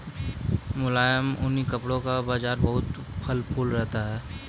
मुलायम ऊनी कपड़े का बाजार बहुत फल फूल रहा है